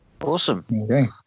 Awesome